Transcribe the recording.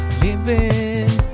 living